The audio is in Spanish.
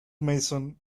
mason